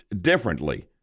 differently